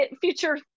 future